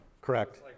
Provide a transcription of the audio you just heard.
correct